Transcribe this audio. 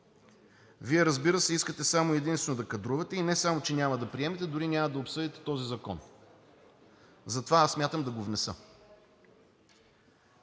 Вие, разбира се, искате само и единствено да кадрувате и не само че няма да приемете, дори няма да обсъдите този закон. Затова аз смятам да го внеса.